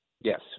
yes